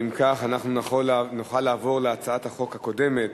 אם כך, נוכל לעבור להצעת החוק הקודמת